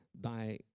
thy